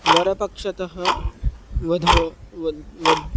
वरपक्षतः वध्वोः वद् वद्